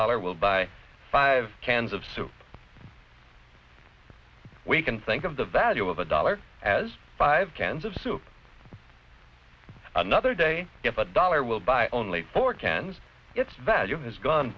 dollar will buy five cans of soup we can think of the value of a dollar as five cans of soup another day if a dollar will buy only four cans its value has gone